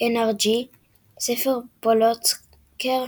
nrg סבר פלוצקר,